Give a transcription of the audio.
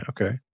Okay